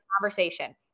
conversation